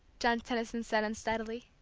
john tenison said unsteadily.